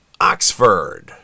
Oxford